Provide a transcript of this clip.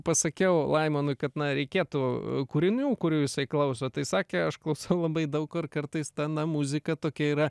pasakiau laimonui kad na reikėtų kūrinių kurių jisai klauso tai sakė aš klausau labai daug ir kartais ta na muzika tokia yra